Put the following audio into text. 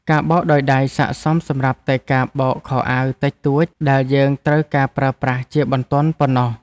ការបោកដោយដៃស័ក្តិសមសម្រាប់តែការបោកខោអាវតិចតួចដែលយើងត្រូវការប្រើប្រាស់ជាបន្ទាន់ប៉ុណ្ណោះ។